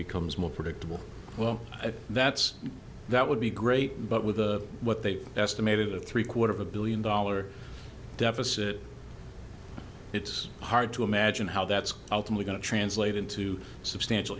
becomes more predictable well that's that would be great but with what they estimated a three quarter of a billion dollar deficit it's hard to imagine how that's ultimately going to translate into substantial